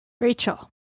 Rachel